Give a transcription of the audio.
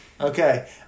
Okay